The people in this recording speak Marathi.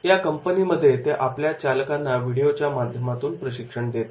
या कंपनीमध्ये ते आपल्या चालकांना व्हिडिओच्या माध्यमातून प्रशिक्षण देतात